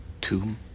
tomb